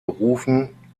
berufen